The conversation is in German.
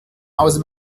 aus